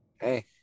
hey